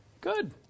Good